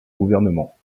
gouvernement